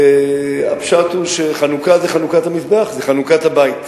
הפשט הוא שחנוכה זה חנוכת המזבח, זה חנוכת הבית.